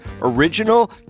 original